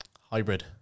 hybrid